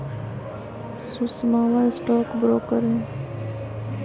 सुषमवा stock broker हई